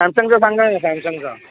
सॅमसंगचं सांगा न सॅमसंगचा